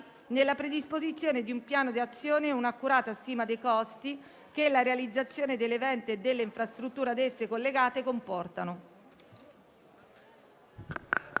nella predisposizione di un piano di azione e un'accurata stima dei costi che la realizzazione dell'evento e delle infrastrutture ad esse collegate comportano».